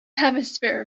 hemisphere